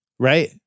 Right